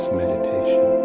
meditation